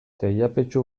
teilapetxu